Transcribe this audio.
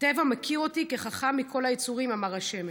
הטבע מכיר אותי כחכם מכל היצורים, אמר השמש,